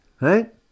right